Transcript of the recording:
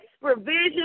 provision